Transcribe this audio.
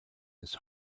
his